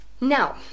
now